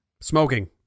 Smoking